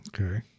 Okay